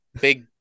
big